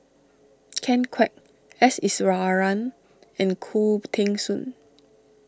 Ken Kwek S Iswaran and Khoo Teng Soon